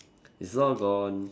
it's all gone